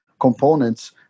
components